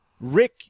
Rick